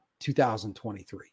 2023